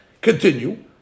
Continue